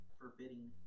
forbidding